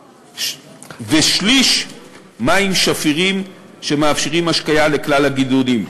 ושליש מים שפירים שמאפשרים השקיה לכלל הגידולים.